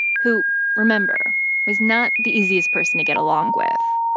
who remember was not the easiest person to get along with